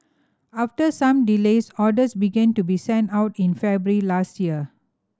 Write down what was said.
after some delays orders began to be sent out in February last year